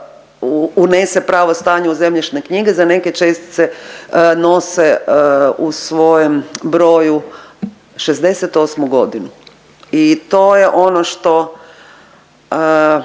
unese pravo stanje u zemljišne knjige za neke čestice nose u svojem broju '68. godinu i to je ono što,